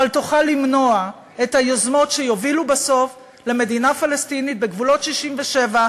אבל תוכל למנוע את היוזמות שיובילו בסוף למדינה פלסטינית בגבולות 67',